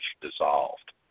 dissolved